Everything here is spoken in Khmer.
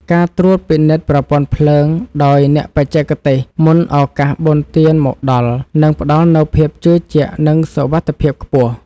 ការត្រួតពិនិត្យប្រព័ន្ធភ្លើងដោយអ្នកបច្ចេកទេសមុនឱកាសបុណ្យទានមកដល់នឹងផ្តល់នូវភាពជឿជាក់ និងសុវត្ថិភាពខ្ពស់។